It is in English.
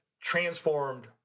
transformed